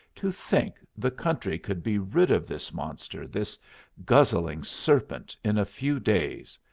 to think the country could be rid of this monster, this guzzling serpent, in a few days!